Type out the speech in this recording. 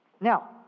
Now